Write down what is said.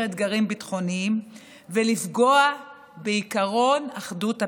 אתגרים ביטחוניים ולפגוע בעקרון אחדות הפיקוד.